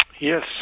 Yes